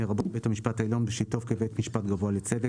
לרבות בית המשפט העליון בשבתו כבית משפט גבוה לצדק,